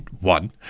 One